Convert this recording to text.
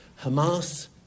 Hamas